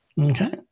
Okay